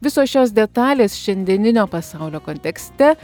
visos šios detalės šiandieninio pasaulio kontekste